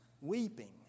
weeping